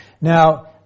Now